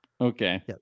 Okay